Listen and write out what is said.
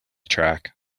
track